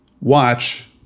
watch